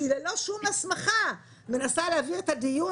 שהיא ללא שום הסמכה מנסה להביא את הדיון